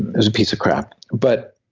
it's a piece of crap, but